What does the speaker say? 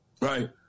right